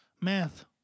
math